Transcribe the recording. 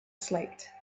slate